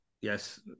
Yes